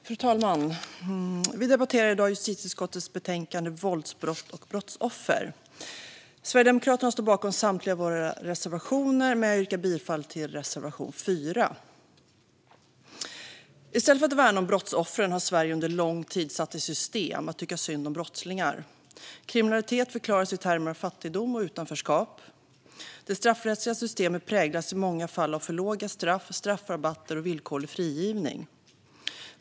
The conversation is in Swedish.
Fru talman! Vi debatterar i dag justitieutskottets betänkande Våldsbrott och brottsoffer . Sverigedemokraterna står bakom samtliga sina reservationer, men jag yrkar bifall endast till reservation 4. I stället för att värna om brottsoffren har Sverige under lång tid satt i system att tycka synd om brottslingar. Kriminalitet förklaras i termer av fattigdom och utanförskap. Det straffrättsliga systemet präglas i många fall av för låga straff, straffrabatter och villkorlig frigivning.